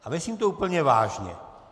A myslím to úplně vážně.